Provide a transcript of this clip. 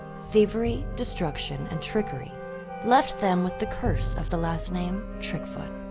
thievery, destruction, and trickery left them with the curse of the last name trickfoot.